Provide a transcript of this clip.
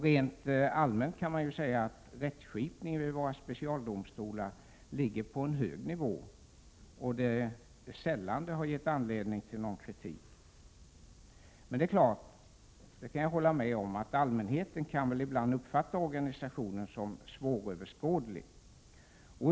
Rent allmänt kan man säga att rättskipningen vid våra specialdomstolar ligger på en hög nivå och sällan ger anledning till kritik. Men naturligtvis kan allmänheten uppfatta organisationen som svåröverskådlig.